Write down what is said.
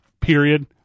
period